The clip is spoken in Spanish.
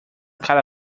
cada